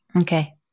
Okay